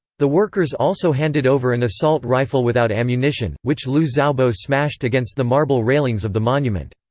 the workers also handed over an assault rifle without ammunition, which liu xiaobo smashed against the marble railings of the monument.